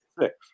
six